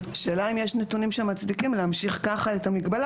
השאלה אם יש נתונים שמצדיקים להמשיך ככה את המגבלה